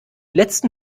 letzten